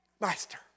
Master